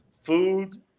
food